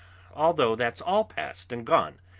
although that's all past and gone,